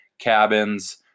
cabins